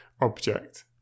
object